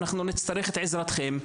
אנחנו נצטרך את עזרתכם.